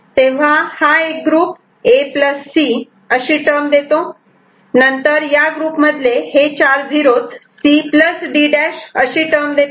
तेव्हा हा एक ग्रुप A C अशी टर्म देतो नंतर या ग्रुप मधले हे चार 0's C D' अशी टर्म देतात